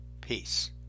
Peace